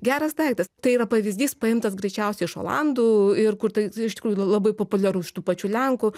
geras daiktas tai yra pavyzdys paimtas greičiausiai iš olandų ir kur tai iš tikrųjų labai populiaru iš tų pačių lenkų